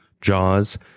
Jaws